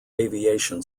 aviation